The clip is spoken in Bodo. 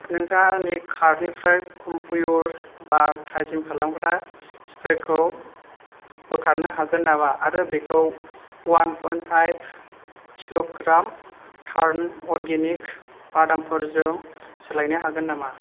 नोंथाङा आंनि कार्टनिफ्राय केमप्युर बार थाजिम खालामग्रा स्प्रेखौ बोखारनो हागोन नामा आरो बेखौ अवान पएन्ट किल' ग्राम टार्न अर्गेनिक बादामफोरजों सोलायनो हागोन नामा